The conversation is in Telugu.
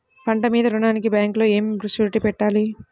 పంట మీద రుణానికి బ్యాంకులో ఏమి షూరిటీ పెట్టాలి?